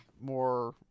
more